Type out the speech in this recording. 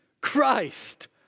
Christ